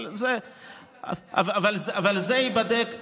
אבל זה ייבדק בהמשך.